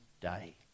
day